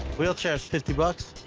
wheelchair's fifty bucks.